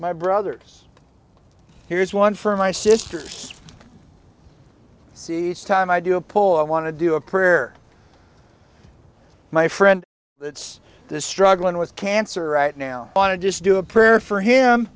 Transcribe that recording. my brothers here's one for my sisters see each time i do a pull i want to do a prayer my friend this is struggling with cancer right now on a just do a prayer for him